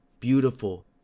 beautiful